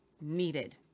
needed